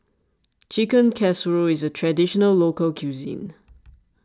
Chicken Casserole is a Traditional Local Cuisine